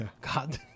God